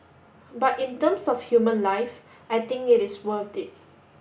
but in terms of human life I think it is worth it